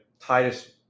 Titus